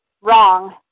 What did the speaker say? wrong